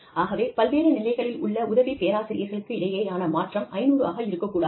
ஆகவே பல்வேறு நிலைகளில் உள்ள உதவி பேராசிரியர்களுக்கு இடையேயான மாற்றம் 500 ஆக இருக்கக் கூடாது